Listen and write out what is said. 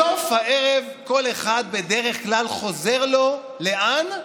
בסוף הערב כל אחד בדרך כלל חוזר לו, לאן?